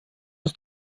uns